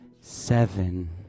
Seven